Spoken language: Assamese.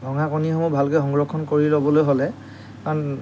ভঙা কণীসমূহ ভালকে সংৰক্ষণ কৰি ল'বলৈ হ'লে কাৰণ